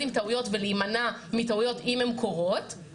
עם טעויות ולהימנע מטעויות אם הן קורות,